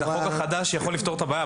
החוק החדש יכול לפתור את הבעיה.